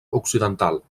occidental